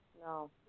No